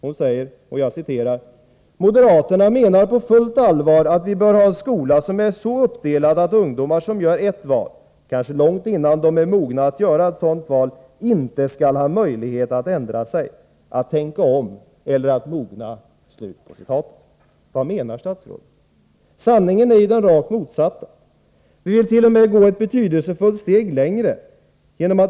Hon säger: ”Moderaterna menar på fullt allvar att vi bör ha en skola som är så uppdelad att ungdomar som gör ett val, kanske långt innan de är mogna att göra ett sådant val, inte skall ha möjlighet att ändra sig, att tänka om eller att mogna.” Vad menar statsrådet? Sanningen är ju den rakt motsatta. Vi villt.o.m. gå ett betydelsefullt steg längre.